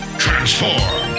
transform